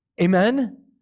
Amen